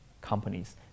companies